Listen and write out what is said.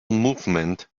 movement